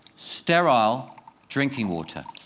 sterile drinking water.